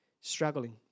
struggling